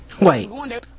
Wait